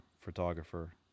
photographer